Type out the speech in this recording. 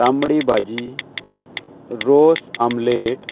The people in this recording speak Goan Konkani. तांबडी भाजी रोस आमलेट